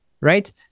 right